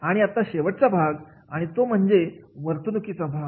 आणि आता शेवटचा भाग आणि तो म्हणजे वर्तणुकीचा भाग